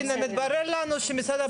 הינה, מתברר לנו שמשרד הבריאות הוא לא חלק.